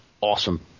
awesome